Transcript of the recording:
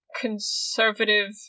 conservative